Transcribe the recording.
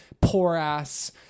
poor-ass